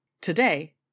Today